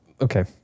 Okay